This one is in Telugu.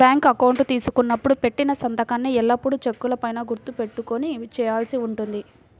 బ్యాంకు అకౌంటు తీసుకున్నప్పుడు పెట్టిన సంతకాన్నే ఎల్లప్పుడూ చెక్కుల పైన గుర్తు పెట్టుకొని చేయాల్సి ఉంటుంది